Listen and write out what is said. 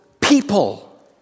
people